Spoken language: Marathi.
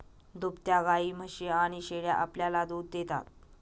दुभत्या गायी, म्हशी आणि शेळ्या आपल्याला दूध देतात